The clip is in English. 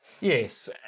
Yes